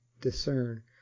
discern